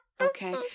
Okay